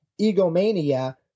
egomania